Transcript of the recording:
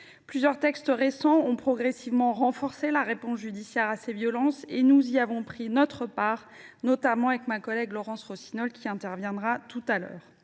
plusieurs textes récents, on a progressivement renforcé la réponse judiciaire à ces violences et nous y avons pris notre part ; je pense notamment à ma collègue Laurence Rossignol, qui interviendra tout à l’heure.